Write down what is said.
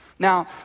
Now